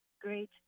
great